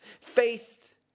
faith